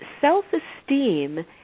self-esteem